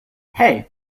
hey